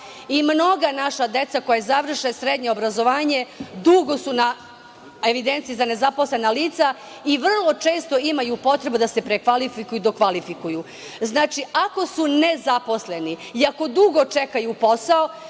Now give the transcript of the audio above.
i mnoga naša deca koja završe srednje obrazovanje, dugo su na evidenciji za nezaposlena lica i vrlo često imaju potrebu da se prekvalifikuju i dokvalifikuju. Znači, ako su nezaposleni i ako dugo čekaju posao,